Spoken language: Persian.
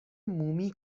مومی